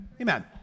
amen